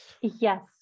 yes